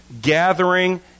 gathering